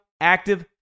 Active